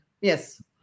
Yes